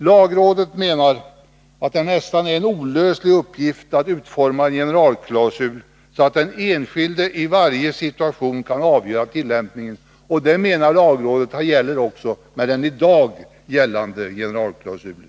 Lagrådet menar att det nästan är en olöslig uppgift att utforma en generalklausul som gör att den enskilde i varje situation kan avgöra tillämpningen. Det, anser lagrådet, gäller också med gällande generalklausul.